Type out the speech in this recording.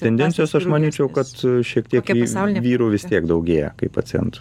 tendencijos aš manyčiau kad su šiek tiek vyrų vis tiek daugėja kaip pacientų